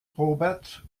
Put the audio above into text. robert